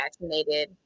vaccinated